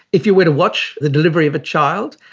if you were to watch the delivery of a child,